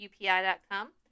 UPI.com